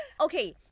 Okay